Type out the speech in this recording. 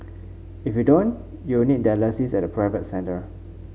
if you don't you need dialysis at a private centre